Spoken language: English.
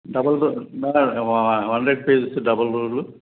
double ruled hundred pages double ruled